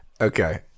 Okay